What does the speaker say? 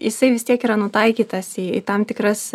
jisai vis tiek yra nutaikytas į tam tikras